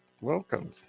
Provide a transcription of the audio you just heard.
Welcome